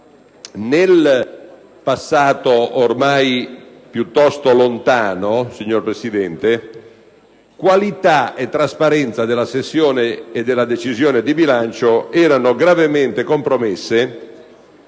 Nel passato ormai piuttosto lontano, signor Presidente, qualità e trasparenza della sessione e della decisione di bilancio erano gravemente compromesse